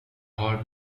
har